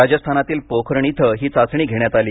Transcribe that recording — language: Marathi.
राजस्थानातील पोखरण इथं ही चाचणी घेण्यात आली